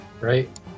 right